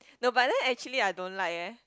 no but then actually I don't like eh